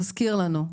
תזכיר לנו,